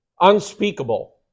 Unspeakable